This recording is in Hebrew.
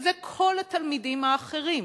וזה כל התלמידים האחרים.